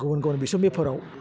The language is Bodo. गुबुन गुबुन बिसम्बिफोराव